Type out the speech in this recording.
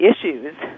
issues